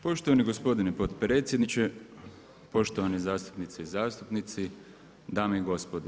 Poštovani gospodine potpredsjedniče, poštovane zastupnice i zastupnici, dame i gospodo.